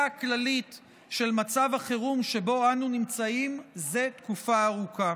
הכללית של מצב החירום שבו אנו נמצאים זה תקופה ארוכה.